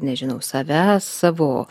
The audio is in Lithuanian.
nežinau savęs savo